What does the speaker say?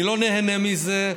אני לא נהנה מזה.